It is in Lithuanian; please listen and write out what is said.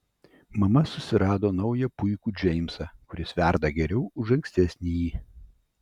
mama susirado naują puikų džeimsą kuris verda geriau už ankstesnįjį